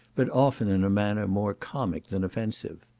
but often in a manner more comic than offensive.